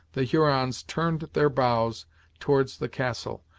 the hurons turned their bows towards the castle,